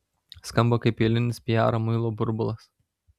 skamba kaip eilinis piaro muilo burbulas